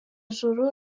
joro